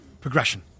progression